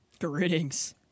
Greetings